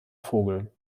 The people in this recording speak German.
vogel